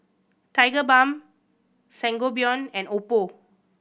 Tigerbalm Sangobion and Oppo